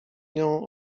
nią